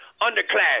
underclass